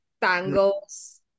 tangles